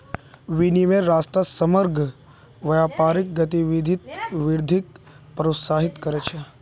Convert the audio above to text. विनिमयेर रास्ता समग्र व्यापारिक गतिविधित वृद्धिक प्रोत्साहित कर छे